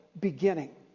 beginning